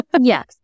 Yes